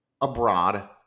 abroad